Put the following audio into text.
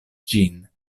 ĝin